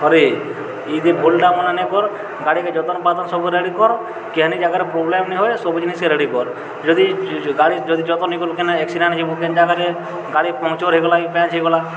ହଏରେ ଇଦି ଭୁଲ୍ଟା ମାନେ ନାଇକର୍ ଗାଡ଼ିିକେ ଯତନ୍ପାତନ୍ ସବୁ ରେଡ଼ି କର୍ କେହେନି ଜାଗାରେ ପ୍ରୋବ୍ଲେମ୍ ନାଇ ହୁଏ ସବୁ ଜିନିଷ୍କେ ରେଡ଼ି କର୍ ଯଦି ଗାଡ଼ି ଯଦି ଯତନ୍ ନି କଲୁ କେନେ ଏକ୍ସିଡେଣ୍ଟ୍ ହେଇଯିବୁ କେନ୍ ଜାଗାରେ ଗାଡ଼ି ପମ୍ପଚର୍ ହେଇଗଲା ପେନ୍ଚ୍ ହେଇଗଲା